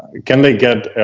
can they get,